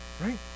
right